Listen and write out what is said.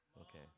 Okay